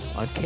on